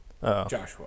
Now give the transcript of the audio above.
Joshua